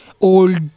old